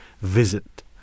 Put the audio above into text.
visit